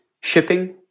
shipping